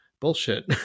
bullshit